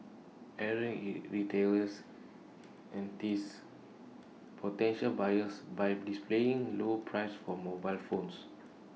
errant retailers entice potential buyers by displaying low prices for mobile phones